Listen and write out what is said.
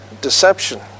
deception